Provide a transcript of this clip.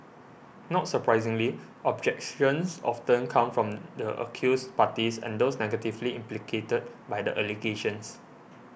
not surprisingly objections often come from the accused parties and those negatively implicated by the allegations